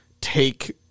take